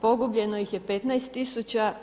Pogubljeno ih je 15000.